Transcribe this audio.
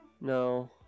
No